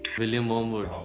william wormwood?